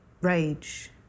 rage